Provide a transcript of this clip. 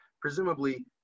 presumably